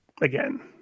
again